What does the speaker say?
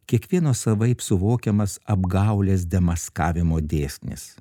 kiekvieno savaip suvokiamas apgaulės demaskavimo dėsnis